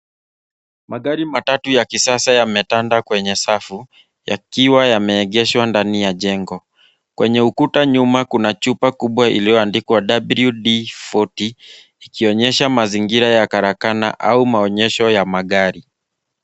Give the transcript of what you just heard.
Magari matatu yakisasa yametanda kwenye safu yakiwa yameegeshwa ndani ya jengo. Kwenye ukuta nyuma kuna chupe kubwa iliyoandikwa WD 40 ikionyesha mazingira ya karakana au maonyesho ya magari.